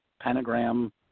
Pentagram